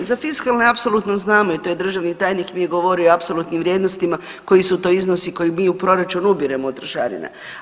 Za fiskalne apsolutno znamo i to mi je državni tajnik govorio o apsolutnim vrijednostima koji su to iznosi koje mi u proračun ubiremo od trošarina.